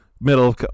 middle